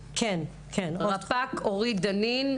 רפ"ק אורית דנין,